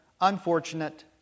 unfortunate